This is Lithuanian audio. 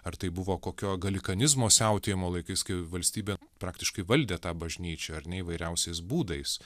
ar tai buvo kokio galikanizmo siautėjimo laikais kai valstybė praktiškai valdė tą bažnyčią ar ne įvairiausiais būdais